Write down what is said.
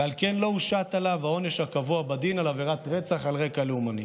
ועל כן לא הושת עליו העונש הקבוע בדין על עבירות רצח על רקע לאומני.